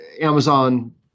Amazon